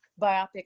biopic